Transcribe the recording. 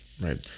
Right